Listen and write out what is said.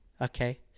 okay